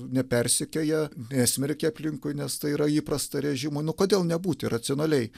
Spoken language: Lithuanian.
nepersekioja nesmerkia aplinkui nes tai yra įprasta rėžimui nu kodėl nebūti racionaliai